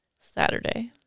Saturday